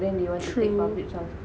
true